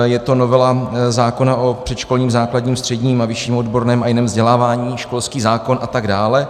Je to novela zákona o předškolním, základním, středním, vyšším odborném a jiném vzdělávání, školský zákon a tak dále.